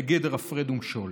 בגדר הפרד ומשול.